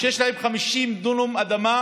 שיש לה 50 דונם אדמה,